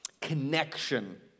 connection